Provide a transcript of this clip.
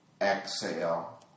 Exhale